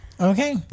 Okay